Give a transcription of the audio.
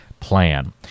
plan